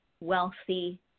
wealthy